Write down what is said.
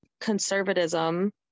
conservatism